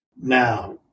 now